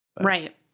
Right